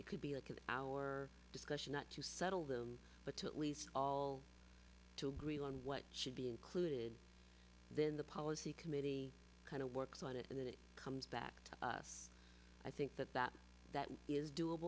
it could be a could our discussion not to settle them but to at least all to agree on what should be included in the policy committee kind of works on it and then it comes back to us i think that that that is do